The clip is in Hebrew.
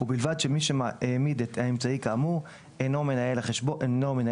ובלבד שמי שהעמיד את האמצעי כאמור אינו מנהל החשבון".